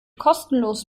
kostenlos